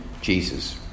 Jesus